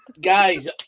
guys